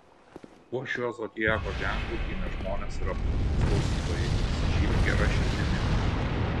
po šiuo zodiako ženklu gimę žmonės yra puikūs klausytojai pasižymi gera širdimi